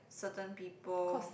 certain people